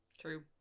True